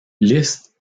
liste